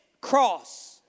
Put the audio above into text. cross